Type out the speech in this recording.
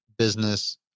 business